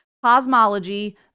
cosmology